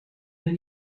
der